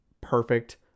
perfect